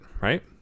right